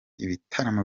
ibitaramo